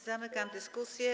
Zamykam dyskusję.